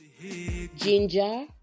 ginger